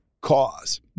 cause